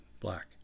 black